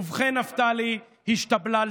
ובכן נפתלי, השתבללת.